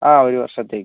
ആ ഒരു വർഷത്തേക്ക്